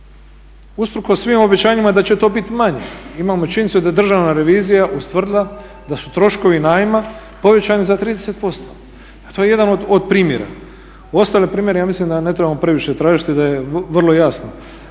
usprkos svim obećanjima da će to biti manje. Imamo činjenicu da je državna revizija ustvrdila da su troškovi najma povećani za 30% a to je jedan od primjera. Ostale primjere ja mislim da ne trebamo previše tražiti da je vrlo jasno.